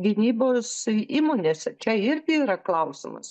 gynybos įmonėse čia irgi yra klausimas